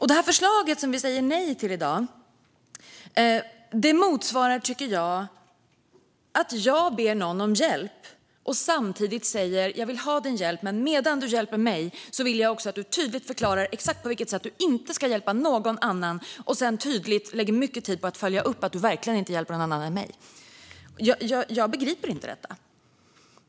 Det förslag som vi säger nej till i dag motsvarar, tycker jag, att jag ber någon om hjälp och samtidigt säger: Jag vill ha din hjälp, men medan du hjälper mig vill jag också att du tydligt förklarar exakt på vilket sätt du inte ska hjälpa någon annan och sedan lägger mycket tid på att följa upp att du verkligen inte hjälper någon annan än mig. Jag begriper inte detta.